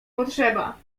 potrzeba